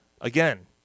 again